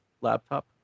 laptop